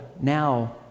now